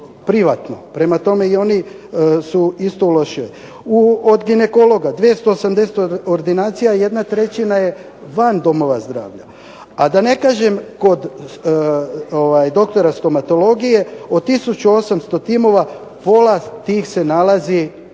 privatno. Prema tome i oni su isto loše. Od ginekologa 280 ordinacija jedna trećina je van domova zdravlja. A da ne kažem kod doktora stomatologije od tisuću 800 timova, pola tih se nalazi u